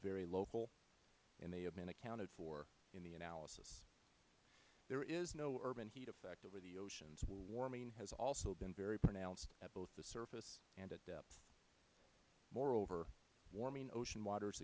very local and they have been accounted for in the analysis there is no urban heat effect over the oceans where warming has also been very pronounced at both the surface and at depth moreover warming ocean water